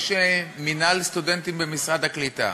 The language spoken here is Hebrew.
יש מינהל סטודנטים במשרד הקליטה.